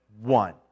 one